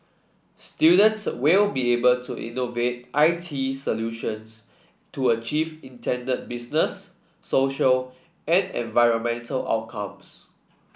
students will be able to innovate I T solutions to achieve intended business social and environmental outcomes